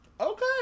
okay